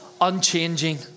unchanging